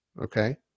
okay